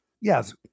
Yes